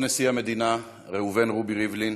כבוד נשיא המדינה ראובן רובי ריבלין,